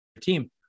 team